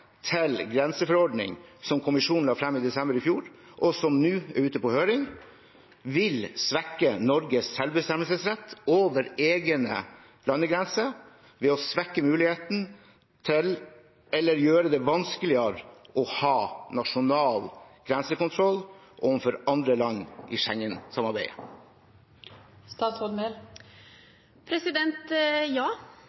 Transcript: til grenseforordning som Kommisjonen la frem i desember i fjor, og som nå er ute på høring, vil svekke Norges selvbestemmelsesrett over egne landegrenser ved å svekke muligheten til, eller gjøre det vanskeligere, å ha nasjonal grensekontroll overfor andre land i